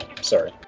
Sorry